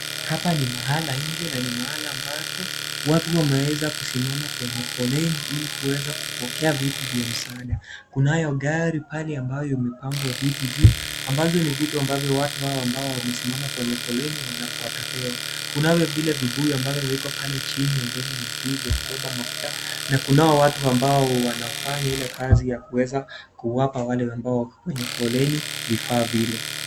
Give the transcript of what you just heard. Hapa ni mahala nje na ni mahala ambapo watu wamesimama kwenye foleni ili kuweza kupokea vitu vya msaada. Kunayo gari pale ambayo imepangwa vitu juu ambazo ni vitu ambavyo watu hawa ambao wamesimama kwenye foleni wanapewa. Kuna vile vibuyu ambavyo viko pale chini ambavyo ni vya kubeba Mafuta na kuna hao watu ambao wanafanya Ile kazi ya kuweza kuwapa wale ambao wako foleni vifaa vile.